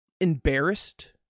embarrassed